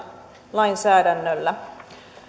lainsäädännöllä